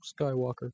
Skywalker